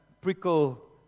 prickle